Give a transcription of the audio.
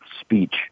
speech